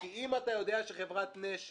אם אתה יודע שחברת נשר